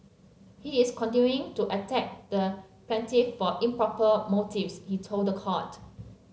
he is continuing to attack the plaintiff for improper motives he told the court